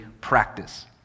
practice